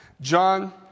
John